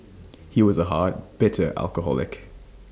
he was A hard bitter alcoholic